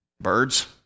birds